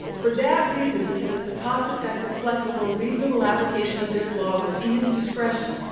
for that reason, because it's a cost-effective, flexible, reasonable application of this law within its discretion,